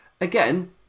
again